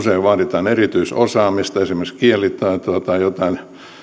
vaaditaan erityisosaamista esimerkiksi kielitaitoa tai joitain it koodaustaitoja